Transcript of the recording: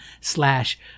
slash